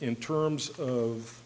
in terms of